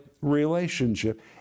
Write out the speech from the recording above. relationship